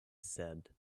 said